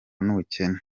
n’ubukene